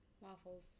Waffles